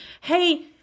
Hey